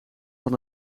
van